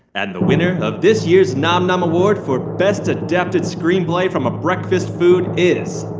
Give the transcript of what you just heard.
and the winner of this year's nom nom award for best adapted screenplay from a breakfast food is.